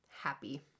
happy